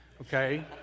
okay